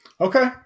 Okay